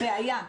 בעיה.